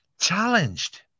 challenged